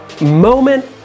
moment